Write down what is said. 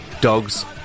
dogs